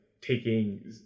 taking